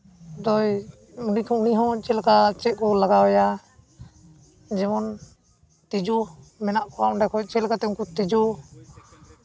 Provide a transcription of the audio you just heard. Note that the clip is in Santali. ᱫᱚᱭ ᱩᱱᱤ ᱦᱚᱸ ᱩᱱᱤ ᱦᱚᱸ ᱪᱮᱫ ᱞᱮᱠᱟ ᱪᱮᱫ ᱠᱚ ᱞᱟᱜᱟᱣᱟᱭᱟ ᱡᱮᱢᱚᱱ ᱛᱤᱸᱡᱩ ᱢᱮᱱᱟᱜ ᱠᱚᱣᱟ ᱚᱸᱰᱮ ᱠᱷᱚᱡ ᱪᱮᱫ ᱞᱮᱠᱟᱛᱮ ᱩᱱᱠᱩ ᱛᱤᱸᱡᱩ